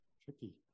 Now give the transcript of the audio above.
Tricky